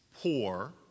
poor